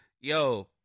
Yo